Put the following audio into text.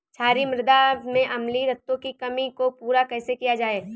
क्षारीए मृदा में अम्लीय तत्वों की कमी को पूरा कैसे किया जाए?